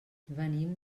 venim